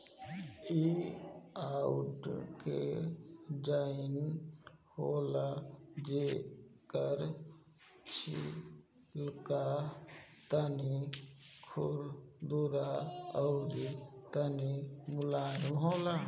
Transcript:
इ आडू के जइसन होला जेकर छिलका तनी खुरदुरा अउरी तनी मुलायम होला